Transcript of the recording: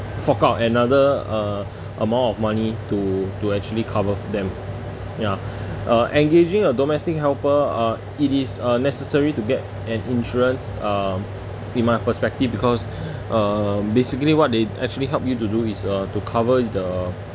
fork out another uh amount of money to to actually cover them ya uh engaging a domestic helper uh it is uh necessary to get an insurance um in my perspective because uh basically what they actually help you to do is uh to cover the